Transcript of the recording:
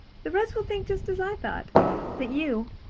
the reds will think just as i thought that you,